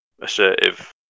assertive